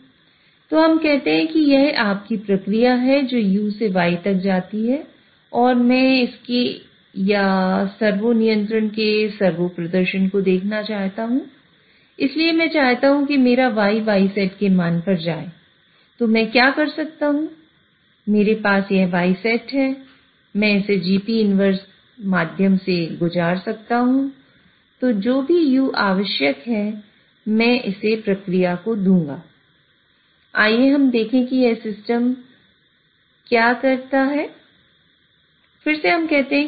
तो हम कहते हैं कि यह आपकी प्रक्रिया है जो u से y तक जाती है और मैं इसके या सर्वो नियंत्रण में काम कर रहे हैं